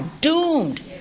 doomed